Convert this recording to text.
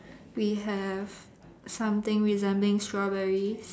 we have something resembling strawberries